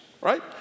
right